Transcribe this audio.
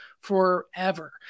forever